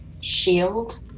shield